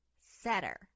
setter